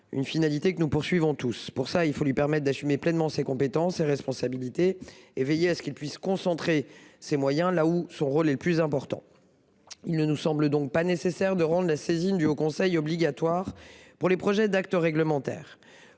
possible, comme nous le souhaitons tous ? Il faut lui permettre d’assumer pleinement ses compétences et ses responsabilités, tout en veillant à ce qu’il puisse concentrer ses moyens là où son rôle est le plus important. Il ne nous semble donc pas nécessaire de rendre la saisine du haut conseil obligatoire pour les projets d’acte réglementaire.